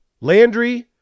Landry